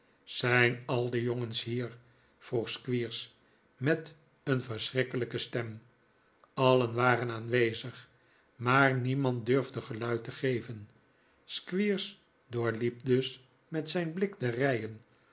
zijn al de jongens hier vroeg squeers met een verschrikkelijke stem allen waren aanwezig maar niemand durfde geluid te geven squeers doorliep dus met zijn blik de rijen